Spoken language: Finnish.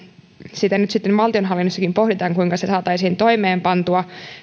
sitä nyt sitten valtionhallinnossakin pohditaan kuinka se saataisiin toimeenpantua